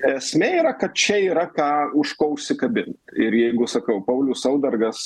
esmė yra kad čia yra ką už ko užsikabint ir jeigu sakau paulius saudargas